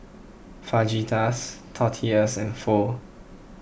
Fajitas Tortillas and Pho